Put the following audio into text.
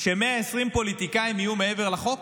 ש-120 פוליטיקאים יהיו מעבר לחוק,